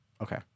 okay